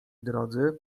drodzy